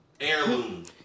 Heirloom